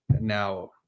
now